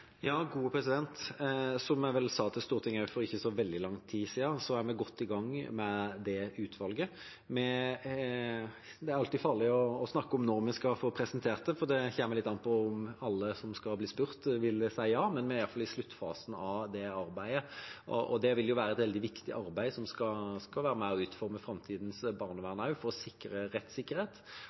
Som jeg vel sa til Stortinget for ikke så veldig lenge siden, er vi godt i gang med det utvalget. Det er alltid farlig å snakke om når vi skal få presentert det, for det kommer litt an på om alle som skal bli spurt, vil si ja, men vi er i alle fall i sluttfasen av det arbeidet. Det vil være et veldig viktig arbeid som også skal være med og utforme framtidens barnevern, for å sikre